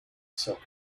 soccer